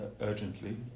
urgently